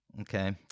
Okay